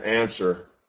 answer